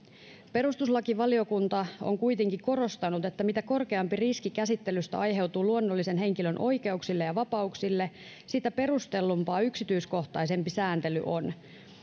perustuslakivaliokunta on kuitenkin korostanut että mitä korkeampi riski käsittelystä aiheutuu luonnollisen henkilön oikeuksille ja vapauksille sitä perustellumpaa yksityiskohtaisempi sääntely on